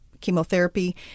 chemotherapy